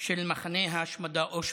של מחנה ההשמדה אושוויץ,